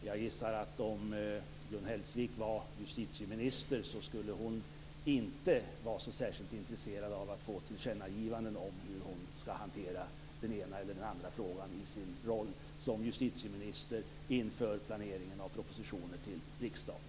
Jag gissar att Gun Hellsvik, om hon var justitieminister, inte skulle vara särskilt intresserad av att få tillkännagivanden om hur hon skall hantera den ena eller andra frågan i sin roll som justitieminister inför planeringen av propositioner till riksdagen.